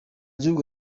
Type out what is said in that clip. gihugu